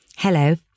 Hello